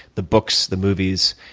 the books, the movies,